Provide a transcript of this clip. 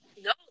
No